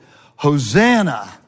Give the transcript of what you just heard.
Hosanna